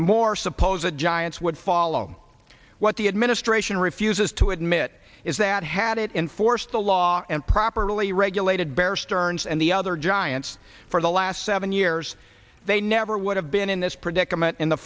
more suppose a giants would follow what the administration refuses to admit is that had it enforced the law and properly regulated bear stearns and the other giants for the last seven years they never would have been in this predicament in the